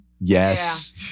Yes